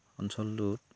অঞ্চলটোত